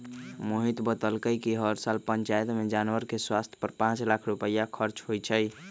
मोहित बतलकई कि हर साल पंचायत में जानवर के स्वास्थ पर पांच लाख रुपईया खर्च होई छई